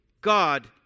God